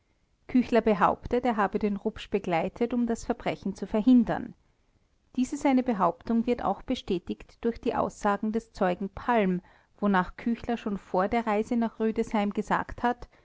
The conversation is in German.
küchler behauptet er habe den rupsch begleitet um das verbrechen zu verhindern diese seine behauptung wird auch bestätigt durch die aussagen des zeugen palm wonach küchler schon vor der reise nach rüdesheim gesagt hat